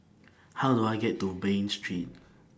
How Do I get to Bain Street